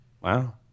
Wow